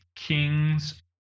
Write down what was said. kings